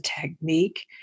technique